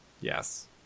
yes